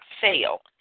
fail